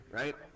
right